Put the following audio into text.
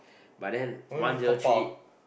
but then one zero three